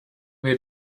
wir